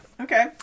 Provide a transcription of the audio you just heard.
Okay